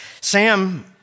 Sam